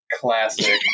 classic